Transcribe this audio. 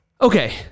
okay